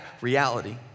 reality